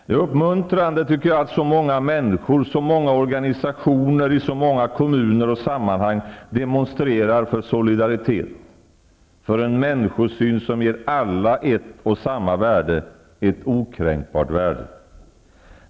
Det är uppmuntrande att så många människor och organisationer i så många kommuner och sammanhang demonstrerar för solidaritet, för en människosyn som ger alla ett och samma värde, ett okränkbart värde.